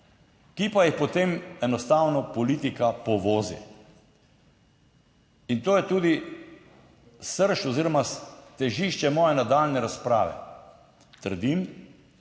ki pa jih, potem enostavno politika povozi in to je tudi srž oziroma težišče moje nadaljnje razprave. **35.